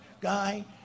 guy